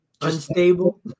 unstable